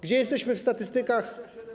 Gdzie jesteśmy w statystykach?